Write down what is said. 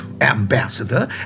ambassador